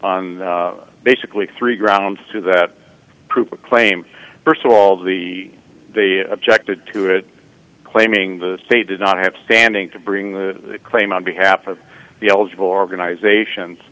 on basically three grounds to that proof a claim st of all the they objected to it claiming the state did not have standing to bring the claim on behalf of the eligible organizations